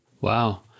Wow